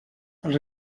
els